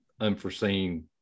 unforeseen